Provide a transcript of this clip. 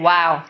Wow